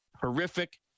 horrific